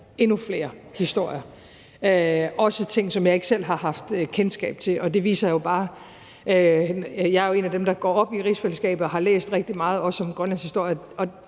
endnu flere historier – også ting, som jeg ikke selv har haft kendskab til. Jeg er jo en af dem, der går op i rigsfællesskabet og har læst rigtig meget også om Grønlands historie,